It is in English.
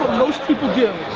most people do.